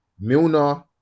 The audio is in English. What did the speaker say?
Milner